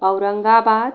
Aurangabad